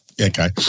Okay